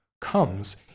comes